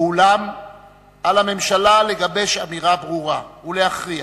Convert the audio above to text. ואולם על הממשלה לגבש החלטה ברורה ולהכריע